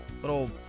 Little